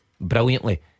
Brilliantly